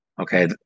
okay